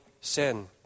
sin